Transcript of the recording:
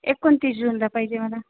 एकोणतीस जूनला पाहिजे मला